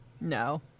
No